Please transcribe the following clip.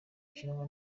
ukinwa